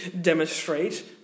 demonstrate